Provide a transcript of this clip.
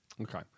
Okay